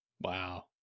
Wow